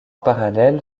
parallèle